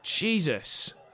Jesus